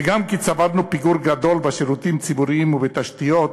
וגם כי צברנו פיגור גדול בשירותים ציבוריים ובתשתיות,